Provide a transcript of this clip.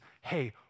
hey